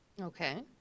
okay